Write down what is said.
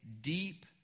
deep